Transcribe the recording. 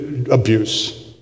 Abuse